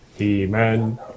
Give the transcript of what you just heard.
Amen